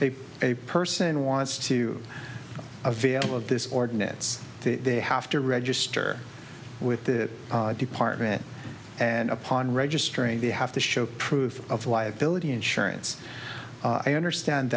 they a person wants to avail of this ordinance they have to register with the department and upon registering they have to show proof of why ability insurance i understand